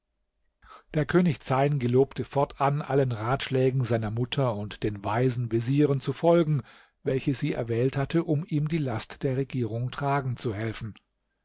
der könig zeyn gelobte fortan allen ratschlägen seiner mutter und den weisen vezieren zu folgen welche sie erwählt hatte um ihm die last der regierung tragen zu helfen